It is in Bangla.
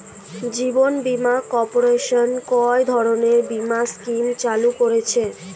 জীবন বীমা কর্পোরেশন কয় ধরনের বীমা স্কিম চালু করেছে?